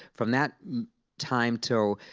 from that time till